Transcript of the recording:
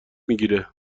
میگیره